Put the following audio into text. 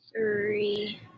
three